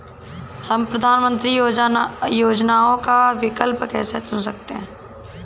हम प्रधानमंत्री योजनाओं का विकल्प कैसे चुन सकते हैं?